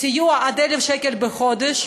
סיוע עד 1,000 שקלים בחודש,